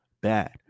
bad